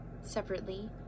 separately